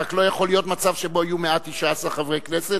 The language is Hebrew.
רק לא יכול להיות מצב שבו יהיו 119 חברי כנסת,